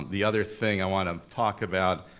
um the other thing i wanna talk about,